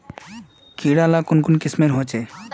कीड़ा ला कुन कुन किस्मेर होचए?